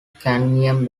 cadmium